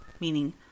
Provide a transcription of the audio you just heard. meaning